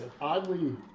oddly